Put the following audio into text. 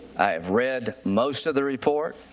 i have read most of the report.